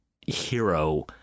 hero